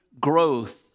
growth